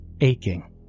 aching